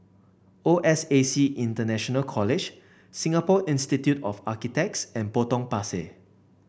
O S A C International College Singapore Institute of Architects and Potong Pasir